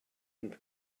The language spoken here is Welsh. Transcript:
ein